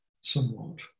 somewhat